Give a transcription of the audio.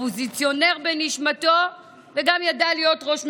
אופוזיציונר בנשמתו, וגם ידע להיות ראש ממשלה.